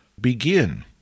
begin